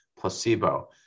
placebo